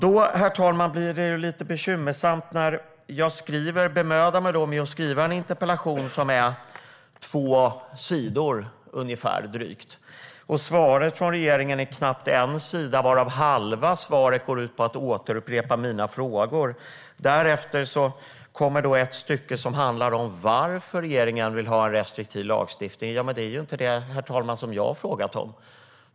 Då, herr talman, blir det lite bekymmersamt när jag bemödar mig om att skriva en interpellation på drygt två sidor och svaret från regeringen är knappt en sida, varav halva svaret går ut på att återupprepa mina frågor. Därefter kommer ett stycke som handlar om varför regeringen vill ha en restriktiv lagstiftning. Men det är inte det jag har frågat om, herr talman.